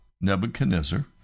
Nebuchadnezzar